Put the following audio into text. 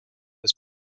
was